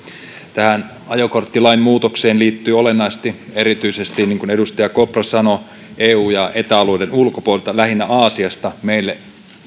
tähän ajokorttilain muutokseen liittyy olennaisesti erityisesti niin kuin edustaja kopra sanoi eu ja eta alueiden ulkopuolelta lähinnä aasiasta meille